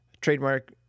trademark